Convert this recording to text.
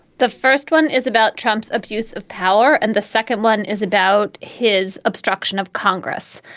the first one is about trump's abuse of power, and the second one is about his obstruction of congress.